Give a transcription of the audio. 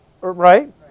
Right